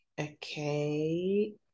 okay